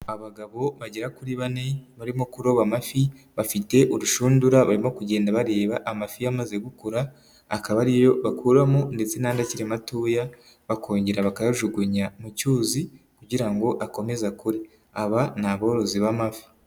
Abagabo bagera kuri bane barimo kuroba amafi, bafite urushundura barimo kugenda bareba amafi yamaze gukura akaba ariyo bakuramo, ndetse n'andi akiri matoya bakongera bakayajugunya mu cyuzi kugira ngo akomeze akure. Aba ni aborozi b'amafi.